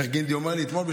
איך גינדי אומר לי אתמול?